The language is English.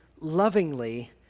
lovingly